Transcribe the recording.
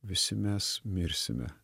visi mes mirsime